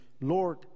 Lord